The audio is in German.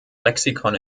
lexikon